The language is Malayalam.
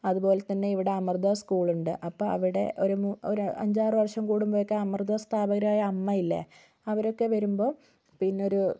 അതുപോലെ തന്നെ ഇവിടെ അമൃതാ സ്കൂളുണ്ട് അപ്പോൾ അവിടെ ഒരു മു ഒരു അഞ്ചാറ് പ്രാവശ്യം കൂടുമ്പോൾ ഒക്കെ അമൃതാ സ്ഥാപകാരായ അമ്മയില്ലെ അവരൊക്കെ വരുമ്പോൾ പിന്നൊരു